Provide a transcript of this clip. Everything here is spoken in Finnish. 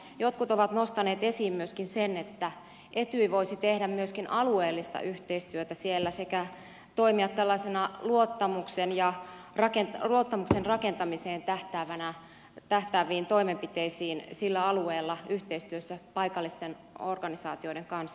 mutta jotkut ovat nostaneet esiin myöskin sen että etyj voisi tehdä myöskin alueellista yhteistyötä siellä sekä toimia tällaisissa luottamuksen rakentamiseen tähtäävissä toimenpiteissä sillä alueella yhteistyössä paikallisten organisaatioiden kanssa